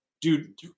dude